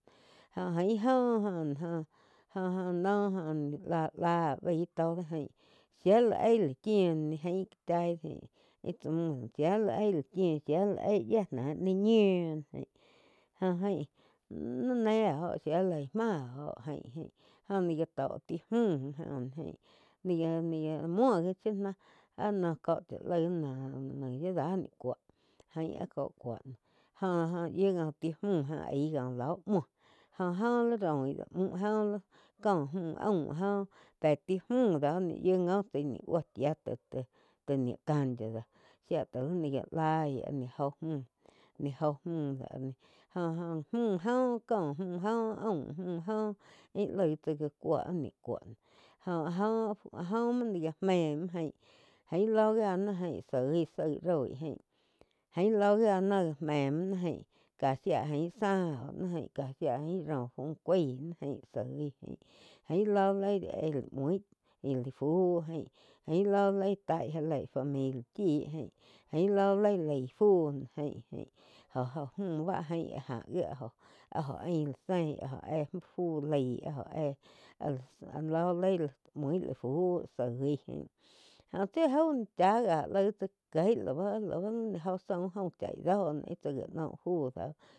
Jó jain óh ná, oh-oh noh láh naí tó do jaín shía la áh la chiu noh jain íh ká chaig do jaín íh tsá úh do shía la áh chiú shía la yía náh ni ñiu ain joh aín níh né oh shía láh ih máh oh ain jo ni gah tó ti múh jóh náh jain ni gá-ni ga muo, shiu náh áh noh có chá laig naí yi dá ni cúo aín áh kó kuo no. Jo-jo yíuu ti múh óh aig óh ló muo jo-jo li raum ih doh múh jóh kóh múh aum jo pé ti múh do ni yiu ngo fu búo chía tai ni cancha do shia taig ni já laí joh múh-joh múh-jóh múh-jóh, aum múh jóh íh laig tsá já cúo áh níh cúo jóh óh áh joh muo ni já méh muo áin lóh gia náh jaín sói sái roi aín lo gia náh gá mé muo ná jain ká shía ain záh óh ni ain ká shía ró fu cuag ni jain soí jaín íh lo íh éh láh fuh gáin aín ló ih gíe taih já leí familia chí aín lóh li laí fu ain-ain jo-jo múh bá jaín áh gá gi áh joh. Ah joh ain la sein óh éh fu laig éh áh lóh muí la fúh soí jain jo tsi jau ni chá ká laig tsá kieg la ba ni jo aum chá ih dó ih tsá já noh fu do.